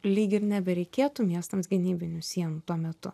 lyg ir nebereikėtų miestams gynybinių sienų tuo metu